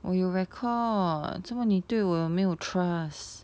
我有 record 做么你对我没有 trust